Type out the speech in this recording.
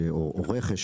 או רכש,